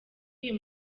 uyu